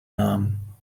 namen